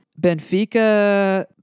Benfica